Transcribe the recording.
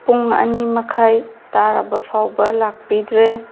ꯄꯨꯡ ꯑꯅꯤ ꯃꯈꯥꯏ ꯇꯥꯔꯕ ꯐꯥꯎꯕ ꯂꯥꯛꯄꯤꯗ꯭ꯔꯦ